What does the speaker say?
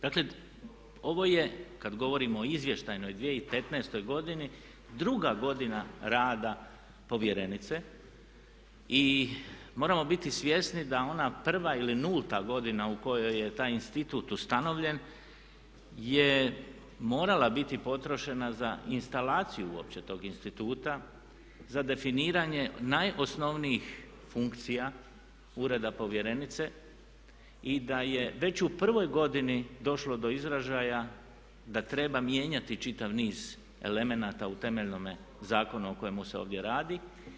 Dakle ovo je kada govorimo o izvještajnoj 2015. godini druga godina rada povjerenice i moramo biti svjesni da ona prva ili nulta godina u kojoj je taj institut ustanovljen je morala biti potrošena za instalaciju uopće tog instituta, za definiranje najosnovnijih funkcija ureda povjerenice i da je već u prvoj godini došlo do izražaja da treba mijenjati čitav niz elemenata u temeljnome zakonu o kojemu se ovdje radi.